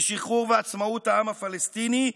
לשחרור ועצמאות העם הפלסטיני,